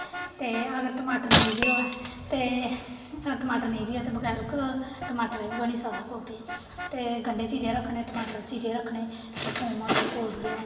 ते अगर टमाटर नेईं बी होऐ ते अगर टमाटर नेईं बी होऐ ते बगैर क टमाटर दे बी बनी सकदा गोबी ते गंडे चीरियै रखने टमाटर चीरियै रखने ते थोम कोह्ड़ियै